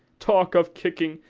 talk of kicking!